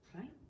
right